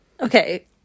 Okay